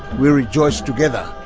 we rejoice together.